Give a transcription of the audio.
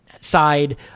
side